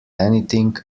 anything